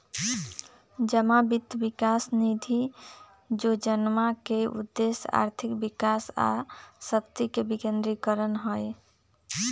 जमा वित्त विकास निधि जोजना के उद्देश्य आर्थिक विकास आ शक्ति के विकेंद्रीकरण हइ